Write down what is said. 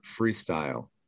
freestyle